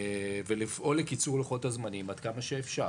ולפעול לקיצור לוחות הזמנים עד כמה שאפשר.